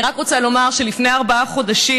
אני רק רוצה לומר שלפני ארבעה חודשים